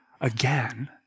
again